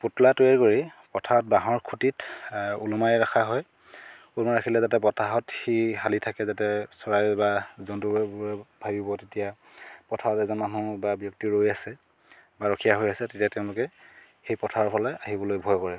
পুতলা তৈয়াৰ কৰি অৰ্থাৎ বাঁহৰ খুঁটিত ওলমাই ৰাখা হয় ওলমাই ৰাখিলে যাতে বতাহত সি হালি থাকে যাতে চৰাই বা জন্তুবোৰ বোৰে ভাবিব তেতিয়া পথাৰত এজন মানুহ বা ব্যক্তি ৰৈ আছে বা ৰখীয়া হৈ আছে তেতিয়া তেওঁলোকে সেই পথাৰৰ ফালে আহিবলৈ ভয় কৰে